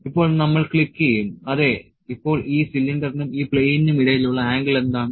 ഇപ്പോൾ നമ്മൾ ക്ലിക്ക് ചെയ്യും അതെ ഇപ്പോൾ ഈ സിലിണ്ടറിനും ഈ പ്ലെയിനിനും ഇടയിലുള്ള ആംഗിൾ എന്താണ്